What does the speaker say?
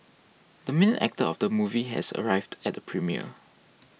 the main actor of the movie has arrived at the premiere